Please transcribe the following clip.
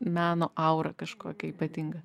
meno aurą kažkokią ypatingą